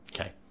Okay